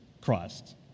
Christ